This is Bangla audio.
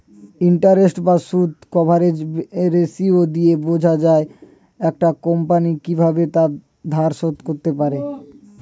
ইন্টারেস্ট বা সুদ কভারেজ রেশিও দিয়ে বোঝা যায় একটা কোম্পানি কিভাবে তার ধার শোধ করতে পারে